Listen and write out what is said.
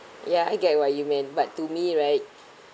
ya I get what you mean but to me right